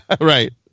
Right